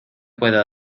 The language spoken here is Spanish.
puedo